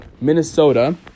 Minnesota